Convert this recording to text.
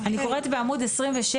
אני קוראת בעמוד 27,